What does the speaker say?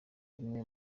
bimwe